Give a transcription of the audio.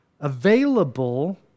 available